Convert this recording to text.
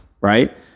right